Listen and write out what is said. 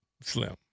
Slim